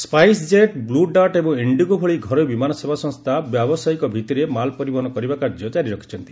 SpiceJet blue dart ଏବଂ IndiGo ଭଳି ଘରୋଇ ବିମାନ ସେବା ସଂସ୍ଥା ବ୍ୟବସାୟୀକ ଭିଭିରେ ମାଲ ପରିବହନ କରିବା କାର୍ଯ୍ୟ ଜାରି ରଖିଛନ୍ତି